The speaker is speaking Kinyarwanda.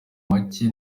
make